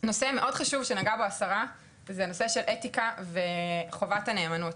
נושא מאוד חשוב שנגעה בו השרה הוא הנושא של אתיקה וחובת הנאמנות.